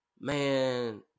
man